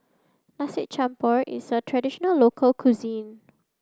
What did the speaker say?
Nasi Campur is a traditional local cuisine